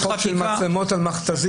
חוק של מצלמות על מכתזית,